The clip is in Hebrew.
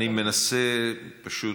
אני מנסה פשוט,